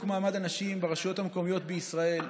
מעמד הנשים ברשויות המקומיות בישראל,